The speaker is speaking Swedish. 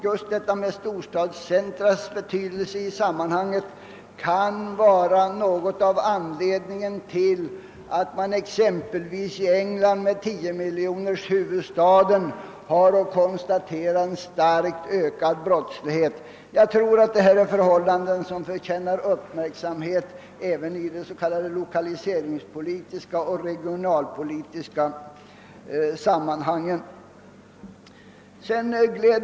Just storstadscentra kan vara en del av anledningen till att man exempelvis i Englands huvudstad med 10 miljoner invånare registrerar en kraftigt ökad brottslighet. Jag tror att detta är förhållanden som förtjänar uppmärksamhet även i de lokaliseringspolitiska och regionalpolitiska samman hangen i vårt land.